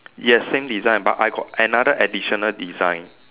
yes same design but I got another additional design